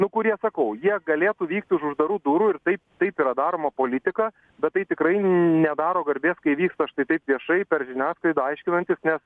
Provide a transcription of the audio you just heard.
nu kurie sakau jie galėtų vykt už uždarų durų ir taip taip yra daroma politika bet tai tikrai nedaro garbės kai vyksta štai taip viešai per žiniasklaidą aiškinantis nes